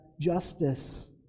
justice